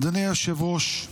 אדוני היושב-ראש,